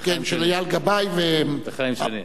של אייל גבאי וחיים שני.